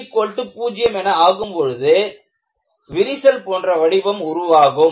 b0 என ஆகும் பொழுது விரிசல் போன்ற வடிவம் உருவாகும்